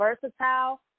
versatile